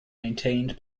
maintained